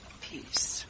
peace